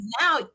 now